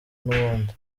n’ubundi